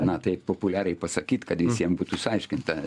na taip populiariai pasakyt kad visiem būtų išsiaiškinta